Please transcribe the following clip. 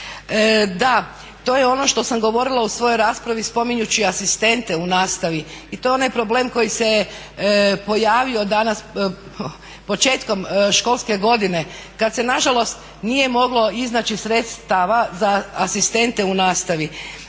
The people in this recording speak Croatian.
Da, to je ono što sam govorila u svojoj raspravi spominjući asistente u nastavi. I to je onaj problem koji se je pojavio danas početkom školske godine kad se nažalost nije moglo iznaći sredstava za asistente u nastavi.